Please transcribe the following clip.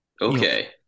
Okay